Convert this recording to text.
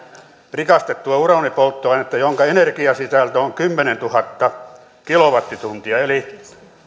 rikastettua uraanipolttoainetta jonka energiasisältö on kymmenentuhatta kilowattituntia eli